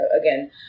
again